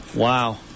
Wow